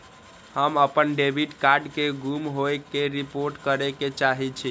हम अपन debit card के गुम होय के रिपोर्ट करे के चाहि छी